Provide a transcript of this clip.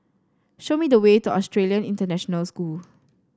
show me the way to Australian International School